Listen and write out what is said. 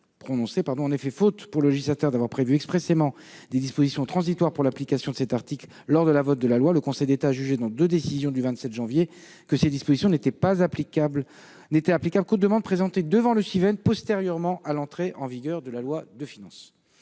ce vote. Faute, pour le législateur, d'avoir prévu expressément des dispositions transitoires pour l'application de cet article lors du vote de la loi, le Conseil d'État a jugé, dans deux décisions du 27 janvier, que ses dispositions n'étaient applicables qu'aux demandes présentées devant le Civen postérieurement à l'entrée en vigueur de la loi de finances.